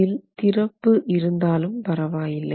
இதில் திறப்பு இருந்தாலும் பரவாயில்லை